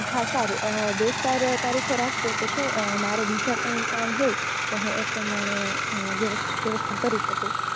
હા સારું બે ચાર તારીખો રાખજો તો શું મારે બીજા કંઇ કામ હોય તો હું એ પ્રમાણે વ્યવસ્થા કરી શકું